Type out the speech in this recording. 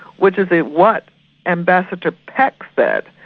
which is ah what ambassador peck said,